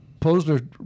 Posner